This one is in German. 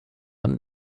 und